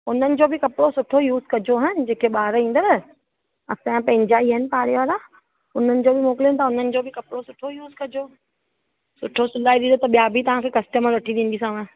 उन्हनि जो बि कपिड़ो सुठो यूस कजो हा जेके ॿार ईंदव असांजा पंहिंजा ई आहिनि पाड़े वारा उन्हनि जो बि मोकिलूं था उन्हनि जो बि कपिड़ो सुठो यूस कजो सुठो सिलाई ॾींदव त ॿिया बि तव्हांखे कस्टमर वठी ॾींदीसांव